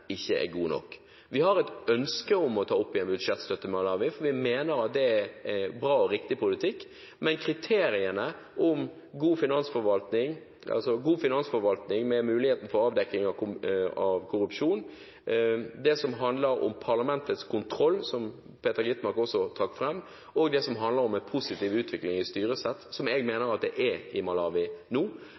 ikke er god nok. Vi har et ønske om å ta opp igjen budsjettstøtte til Malawi, for vi mener at det er en bra og riktig politikk. Men kriteriene om god finansforvaltning med muligheten for avdekking av korrupsjon, det som handler om parlamentets kontroll, som Peter Skovholt Gitmark også trakk fram, og det som handler om en positiv utvikling i styresett, som jeg mener at det er i Malawi nå